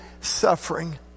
suffering